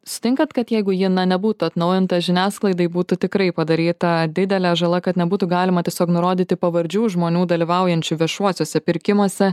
sutinkat kad jeigu ji nebūtų atnaujinta žiniasklaidai būtų tikrai padaryta didelė žala kad nebūtų galima tiesiog nurodyti pavardžių žmonių dalyvaujančių viešuosiuose pirkimuose